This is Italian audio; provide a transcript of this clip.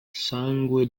sangue